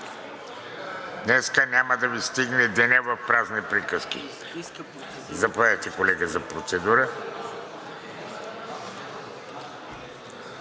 Днес няма да Ви стигне деня в празни приказки. Заповядайте за процедура,